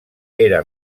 era